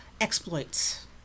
exploits